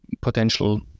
potential